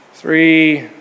Three